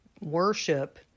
worship